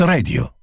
Radio